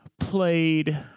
played